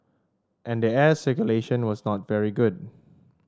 and the air circulation was not very good